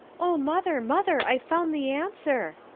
oh, mother, mother, i've found the answer.